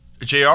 JR